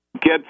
get